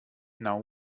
now